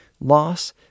loss